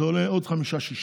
זה עולה עוד 5%-6%,